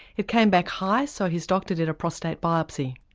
it came back high so his doctor did a prostate biopsy.